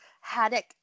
Haddock